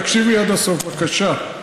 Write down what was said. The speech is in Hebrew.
תקשיב לי עד הסוף, בבקשה.